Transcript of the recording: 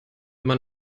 man